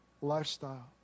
lifestyle